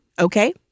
Okay